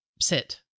sit